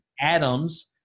Atoms